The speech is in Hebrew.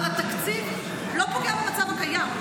אבל התקציב לא פוגע במצב הקיים.